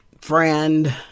friend